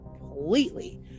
completely